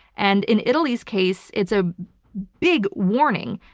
and in italy's case, it's a big warning.